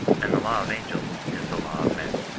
and the law of angels is the law of men.